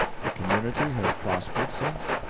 the community has prospered since?